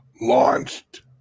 launched